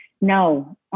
no